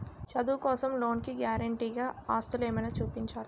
చదువు కోసం లోన్ కి గారంటే గా ఆస్తులు ఏమైనా చూపించాలా?